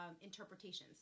interpretations